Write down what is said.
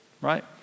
right